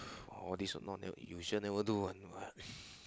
all this or not you sure never do one what